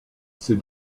ces